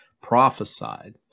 prophesied